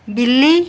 बिल्ली